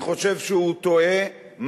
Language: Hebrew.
אני חושב שהוא טועה,